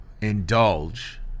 indulge